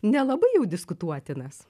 nelabai jau diskutuotinas